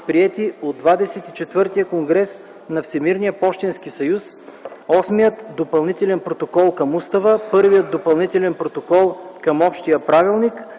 приети от ХХІV конгрес на Всемирния пощенски съюз: - Осмият допълнителен протокол към Устава; - Първият допълнителен протокол към Общия правилник;